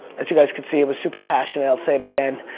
as you guys can see, it was super passionate, i'll say it again.